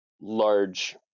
large